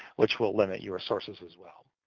which will limit your sources, as well.